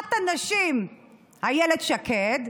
אחת הנשים, אילת שקד.